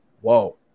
Whoa